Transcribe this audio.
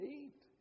eat